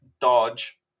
dodge